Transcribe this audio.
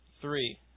three